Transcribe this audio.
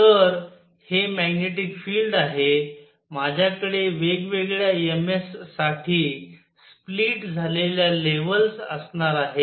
तर हे magnetic field आहे माझ्याकडे वेगवेगळ्या ms साठी स्प्लिट झालेल्या लेव्हल्स असणार आहेत